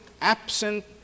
absent